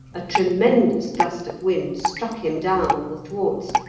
a tremendous gust of wind struck him down on the thwarts,